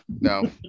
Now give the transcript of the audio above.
no